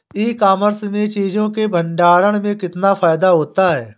ई commerce में चीज़ों के भंडारण में कितना फायदा होता है?